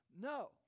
No